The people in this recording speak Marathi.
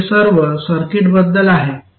तर हे सर्व सर्किटबद्दल आहे